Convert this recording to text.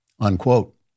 unquote